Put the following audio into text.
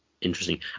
interesting